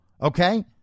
Okay